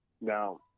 Now